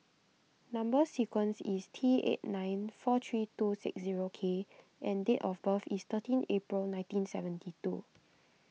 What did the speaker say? Number Sequence is T eight nine four three two six zero K and date of birth is thirteen April nineteen seventy two